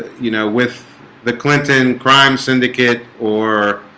you know with the clinton crime syndicate or